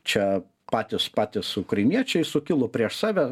čia patys patys ukrainiečiai sukilo prieš save